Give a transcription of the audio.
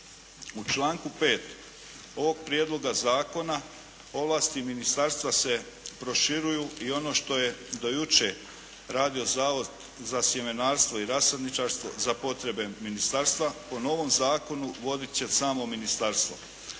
U članku 5. ovog prijedloga zakona ovlasti ministarstva se proširuju i ono što je do jučer radio Zavod za sjemenarstvo i rasadničarstvo za potrebe ministarstva, po novom zakonu vodit će samo ministarstvo.